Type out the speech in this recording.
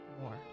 more